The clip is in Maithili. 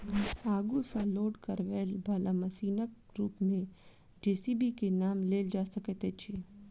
आगू सॅ लोड करयबाला मशीनक रूप मे जे.सी.बी के नाम लेल जा सकैत अछि